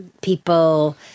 People